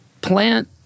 plant